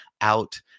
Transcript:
out